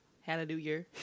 Hallelujah